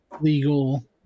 legal